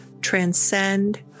transcend